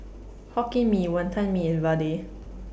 Hokkien Mee Wonton Mee and Vadai